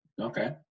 okay